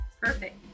perfect